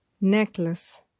necklace